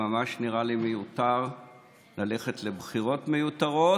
ממש נראה לי מיותר ללכת לבחירות מיותרות,